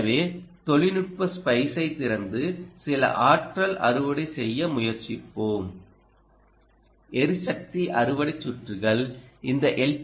எனவே தொழில்நுட்ப ஸ்பைஸைத் திறந்து சில ஆற்றல் அறுவடை செய்ய முயற்சிப்போம் எரிசக்தி அறுவடை சுற்றுகள் இந்த எல்